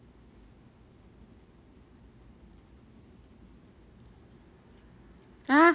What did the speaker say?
!huh!